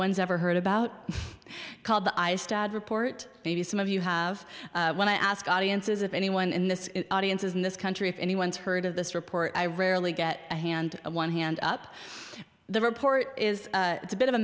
one's ever heard about called the ice dad report maybe some of you have when i ask audiences if anyone in this audience is in this country if anyone's heard of this report i rarely get a hand on one hand up the report is a bit